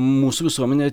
mūsų visuomenė